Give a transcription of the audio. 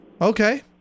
Okay